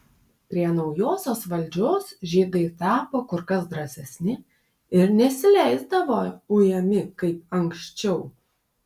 prie naujosios valdžios žydai tapo kur kas drąsesni ir nesileisdavo ujami kaip anksčiau